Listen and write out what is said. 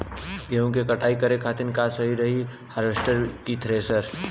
गेहूँ के कटाई करे खातिर का सही रही हार्वेस्टर की थ्रेशर?